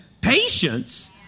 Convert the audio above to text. patience